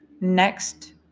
next